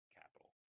capital